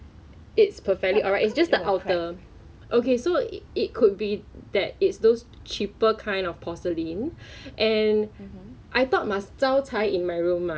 no I never share the recipe with her or anything like no there's no plan together maybe she inspired by my insta story or Facebook post lor then she want to make